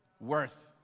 worth